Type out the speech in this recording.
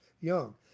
young